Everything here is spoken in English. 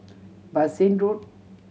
Bassein Road